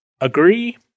Agree